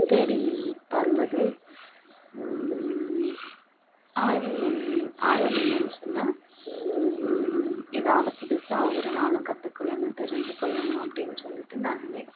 தேடி பார்ப்பது ஆர்வம் என் ஆர்வம் என்னன் சொன்னால் எதாவுது புதுசாக ஒவ்வொரு நாளும் கற்றுக்கணும் தெரிஞ்சிகொள்ளணுன்னு அப்படின் சொல்லிட்டு நான்